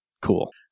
Cool